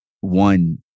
one